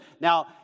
Now